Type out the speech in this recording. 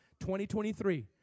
2023